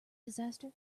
disaster